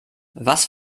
was